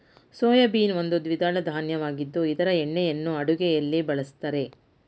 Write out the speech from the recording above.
soybean ಒಂದು ದ್ವಿದಳ ಧಾನ್ಯವಾಗಿದ್ದು ಇದರ ಎಣ್ಣೆಯನ್ನು ಅಡುಗೆಯಲ್ಲಿ ಬಳ್ಸತ್ತರೆ